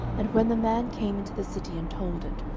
and when the man came into the city, and told it,